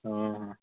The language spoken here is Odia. ହଁ ହଁ